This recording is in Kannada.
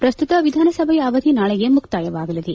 ಪ್ರಸ್ತುತ ವಿಧಾನಸಭೆಯ ಅವಧಿ ನಾಳೆಗೆ ಮುಕ್ತಾಯವಾಗಲಿದೆ